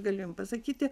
galiu jum pasakyti